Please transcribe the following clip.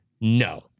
No